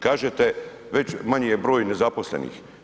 Kažete već, manji je broj ne zaposlenih.